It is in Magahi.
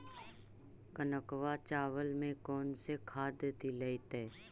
कनकवा चावल में कौन से खाद दिलाइतै?